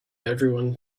everyone